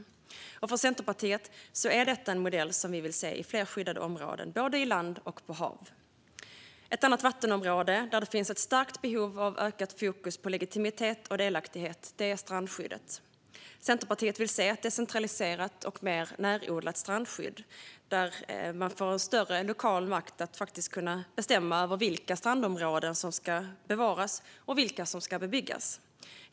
Detta är en modell som vi i Centerpartiet vill se i fler skyddade områden, både i hav och på land. Ett annat vattenområde där det finns ett starkt behov av ökat fokus på legitimitet och delaktighet är strandskyddet. Centerpartiet vill se ett decentraliserat och mer närodlat strandskydd där man har större lokal makt att bestämma vilka strandområden som ska bevaras och vilka som ska bebyggas.